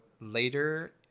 later